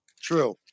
True